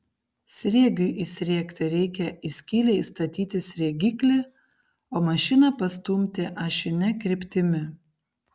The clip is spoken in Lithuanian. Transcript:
sriegiui įsriegti reikia į skylę įstatyti sriegiklį o mašiną pastumti ašine kryptimi